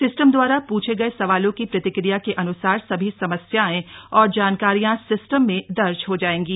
system द्वारा पूछे गए सवालों की प्रतिक्रिया के अन्सार सभी समस्याएं और जानकारियां सिस्टम में दर्ज हो जाएंगी